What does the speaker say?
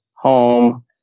home